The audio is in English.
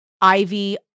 Ivy